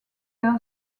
air